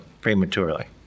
prematurely